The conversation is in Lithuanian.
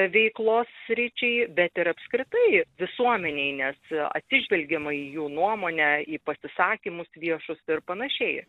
veiklos sričiai bet ir apskritai visuomenei nes atsižvelgiama į jų nuomonę į pasisakymus viešus ir panašiai